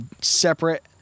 separate